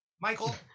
Michael